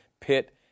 Pitt